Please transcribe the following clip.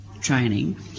training